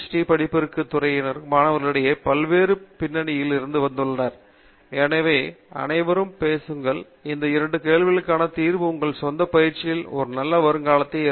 D படிப்பறிவுத் துறையினர் மாணவர்களிடையே பல்வேறு பின்னணியில் இருந்து வந்துள்ளனர் எனவே அனைவருடனும் பேசுங்கள் இந்த 2 கேள்விகளுக்கான தீர்வு உங்கள் சொந்த பயிற்சியிற்கான ஒரு நல்ல வருங்காலத்தை நீங்கள் காண்பீர்கள்